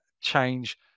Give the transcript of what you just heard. change